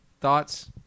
thoughts